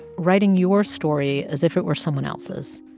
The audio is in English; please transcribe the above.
writing your story as if it were someone else's.